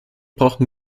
brauchen